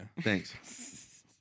Thanks